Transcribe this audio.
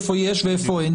איפה יש ואיפה אין,